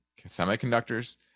semiconductors